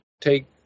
take